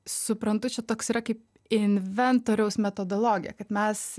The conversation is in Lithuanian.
suprantu čia toks yra kaip inventoriaus metodologija kad mes